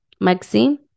Maxine